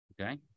Okay